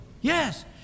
yes